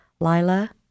Lila